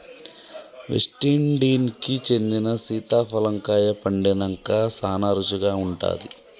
West Indies కి చెందిన సీతాఫలం కాయ పండినంక సానా రుచిగా ఉంటాది